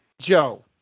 Joe